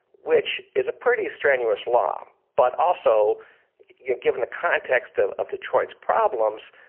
which is a pretty strenuous law. um but also you know, given the context of of detroit's problems,